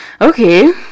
Okay